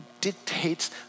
dictates